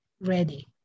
ready